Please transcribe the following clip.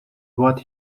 what